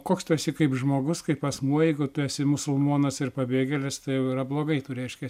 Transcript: koks tu esi kaip žmogus kaip asmuo jeigu tu esi musulmonas ir pabėgėlis tai jau yra blogai tai reiškias